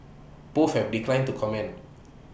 both have declined to comment